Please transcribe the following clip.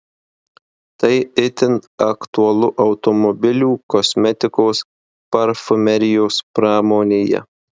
tai itin aktualu automobilių kosmetikos parfumerijos pramonėje